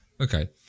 okay